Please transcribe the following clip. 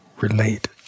relate